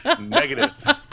Negative